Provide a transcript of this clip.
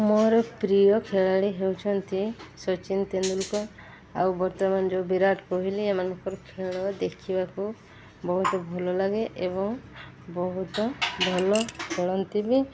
ମୋର ପ୍ରିୟ ଖେଳାଳି ହେଉଛନ୍ତି ସଚିନ ତେନ୍ଦୁଲକର ଆଉ ବର୍ତ୍ତମାନ ଯେଉଁ ବିରାଟ କୋହିଲ ଏମାନଙ୍କର ଖେଳ ଦେଖିବାକୁ ବହୁତ ଭଲ ଲାଗେ ଏବଂ ବହୁତ ଭଲ ଖେଳନ୍ତି ବି